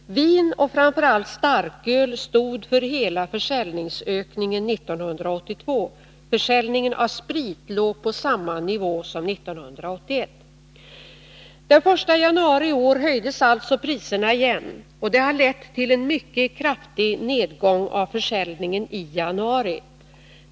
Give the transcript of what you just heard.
Vin och framför allt starköl stod för hela försäljningsökningen 1982. Försäljningen av sprit låg på samma nivå som 1981. Den 1 januari i år höjdes alltså priserna igen. Det har lett till en mycket kraftig nedgång av försäljningen i januari.